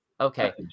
Okay